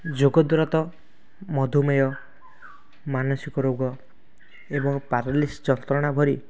ଯୋଗ ଦ୍ୱାରା ତ ମଧୁମେହ ମାନସିକ ରୋଗ ଏବଂ ପାରାଲିସିସ୍ ଯନ୍ତ୍ରଣା ଭଳି